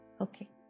Okay